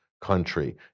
country